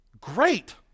Great